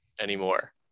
anymore